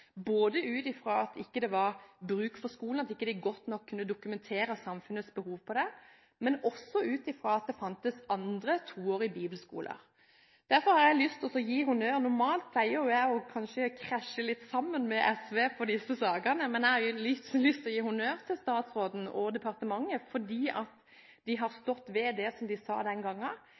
ut fra at det ikke var bruk for skolen, og at de ikke godt nok kunne dokumentere samfunnets behov for den, men også ut fra at det fantes andre toårige bibelskoler. Derfor har jeg lyst til å gi statsråden og departementet honnør – normalt pleier jeg kanskje å krasje litt sammen med SV i disse sakene – for at de har stått ved det som de sa den gangen, nemlig at når man flytter bibelskolene ut av privatskoleloven, skal de